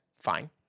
Fine